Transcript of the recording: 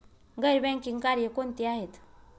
गैर बँकिंग कार्य कोणती आहेत?